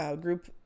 group